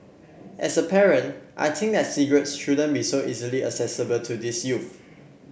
as a parent I think that cigarettes shouldn't be so easily accessible to these youth